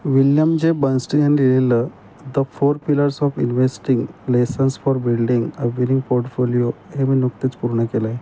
William J Bernstein यांनी लिहिलेलं the four of investing lessons for building a winning portfolio हे मी नुकतेच पूर्ण केलं आहे